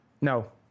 No